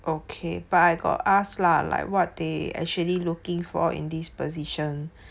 okay but I got ask lah like what they actually looking for in this position